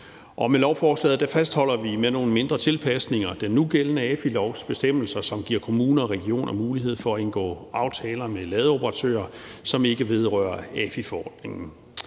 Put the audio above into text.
med lovforslaget fastholder vi med nogle mindre tilpasninger den nugældende AFI-forordnings bestemmelser, som giver kommuner og regioner mulighed for at indgå aftaler med ladeoperatører, som ikke vedrører AFI-forordningen.